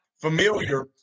familiar